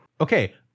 Okay